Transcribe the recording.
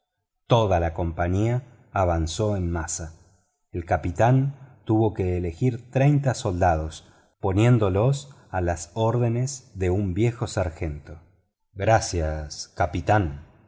toda la compañía avanzó en masa el capitán tuvo que elegir treinta soldados poniéndolos a las órdenes de un viejo sargento gracias capitán